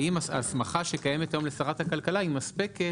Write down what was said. היא האם ההסמכה שקיימת היום לשרת הכלכלה היא מספקת